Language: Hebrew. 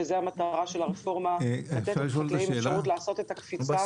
וזאת המטרה של הרפורמה: לתת לחקלאים אפשרות לעשות את הקפיצה הזאת.